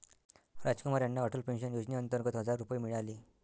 रामकुमार यांना अटल पेन्शन योजनेअंतर्गत हजार रुपये मिळाले